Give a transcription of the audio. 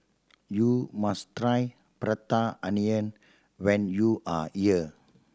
you must try Prata Onion when you are here